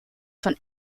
von